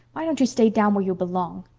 why don't you stay down where you belong?